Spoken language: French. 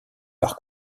par